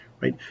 right